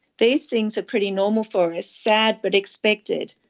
these things are pretty normal for us, sad but expected.